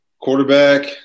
Quarterback